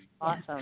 Awesome